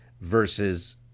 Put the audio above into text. versus